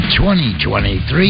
2023